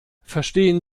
verstehen